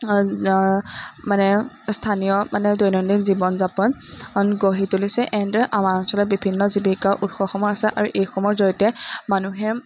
মানে স্থানীয় মানে দৈনন্দিন জীৱন যাপন গঢ়ি তুলিছে এনেদৰে আমাৰ অঞ্চলত বিভিন্ন জীৱিকাৰ উৎসসমূহ আছে আৰু এইসমূহৰ জৰিয়তে মানুহে